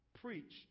preached